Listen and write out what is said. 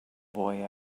boy